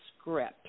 script